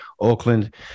Auckland